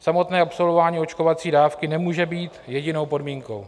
Samotné absolvování očkovací dávky nemůže být jedinou podmínkou.